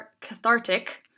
cathartic